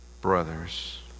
brothers